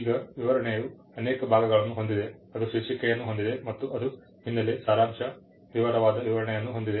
ಈಗ ವಿವರಣೆಯು ಅನೇಕ ಭಾಗಗಳನ್ನು ಹೊಂದಿದೆ ಅದು ಶೀರ್ಷಿಕೆಯನ್ನು ಹೊಂದಿದೆ ಮತ್ತು ಅದು ಹಿನ್ನೆಲೆ ಸಾರಾಂಶ ವಿವರವಾದ ವಿವರಣೆಯನ್ನು ಹೊಂದಿದೆ